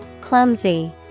Clumsy